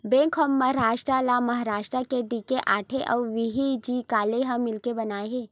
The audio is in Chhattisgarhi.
बेंक ऑफ महारास्ट ल महारास्ट के डी.के साठे अउ व्ही.जी काले ह मिलके बनाए हे